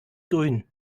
grünen